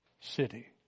city